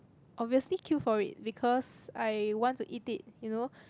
obviously queue for it because I want to eat it you know